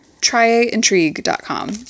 Tryintrigue.com